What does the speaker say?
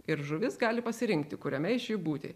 ir žuvis gali pasirinkti kuriame iš jų būti